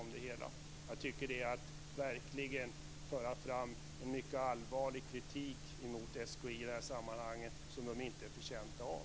Jag tycker att det är att verkligen föra fram en mycket allvarlig kritik mot SKI som man inte är förtjänt av.